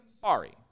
sorry